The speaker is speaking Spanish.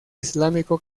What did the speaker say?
islámico